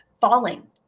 falling